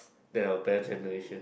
than our parent's generation